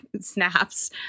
snaps